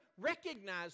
recognize